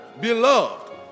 beloved